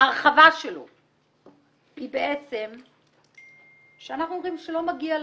ההרחבה שלו היא בעצם שאנחנו אומרים שלא מגיע להם.